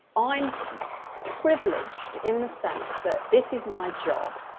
i'm privileged in the sense that this is my job.